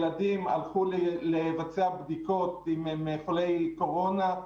ילדים הלכו לבצע בדיקות אם הם חולי קורונה,